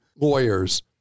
lawyers